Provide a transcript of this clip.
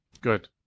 Good